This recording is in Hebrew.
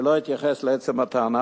אני לא אתייחס לעצם הטענה,